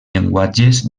llenguatges